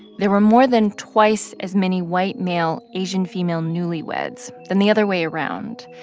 there were more than twice as many white-male-asian-female newlyweds than the other way around.